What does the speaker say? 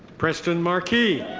preston marquis.